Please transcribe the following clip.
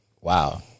Wow